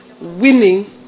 winning